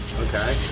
Okay